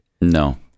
no